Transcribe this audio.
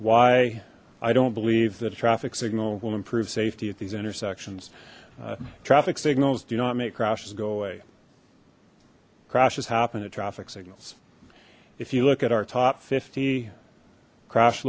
why i don't believe that traffic signal will improve safety at these intersections traffic signals do not make crashes go away crashes happened to traffic signals if you look at our top fifty crash